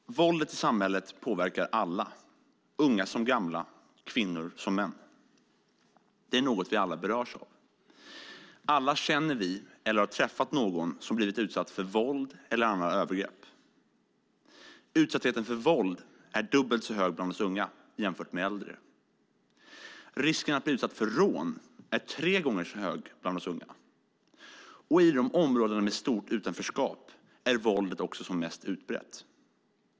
Fru talman! Våldet i samhället påverkar alla - unga som gamla, kvinnor som män. Det är något vi alla berörs av. Alla känner vi, eller har träffat någon, som blivit utsatt för våld eller andra övergrepp. Utsattheten för våld är dubbelt så hög bland oss unga jämfört med äldre. Risken att bli utsatt för rån är tre gånger så hög bland oss unga, och i områden med stort utanförskap är våldet också som mest utbrett.